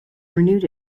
renewed